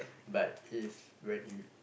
but if when you